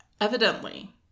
evidently